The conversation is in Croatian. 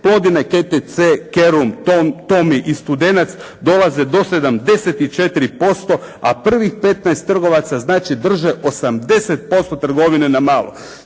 …, Kerum, Tom, Tomy i Studenac dolaze do 74% a prvih 15 trgovaca znači drže 80% trgovine na malo.